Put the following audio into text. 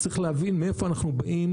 צריך להבין מאיפה אנחנו באים,